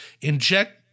inject